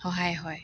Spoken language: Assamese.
সহায় হয়